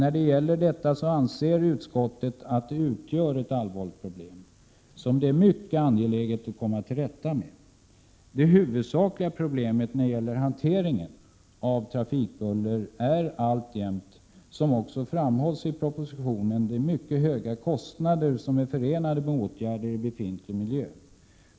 Trafikbuller anser utskottet utgör ett allvarligt miljöproblem, som det är mycket angeläget att komma till rätta med. Det huvudsakliga problemet när det gäller hanteringen av trafikbuller är alltjämt, såsom också framhålls i propositionen, de mycket höga kostnader som är förenade med åtgärder i befintlig miljö.